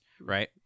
Right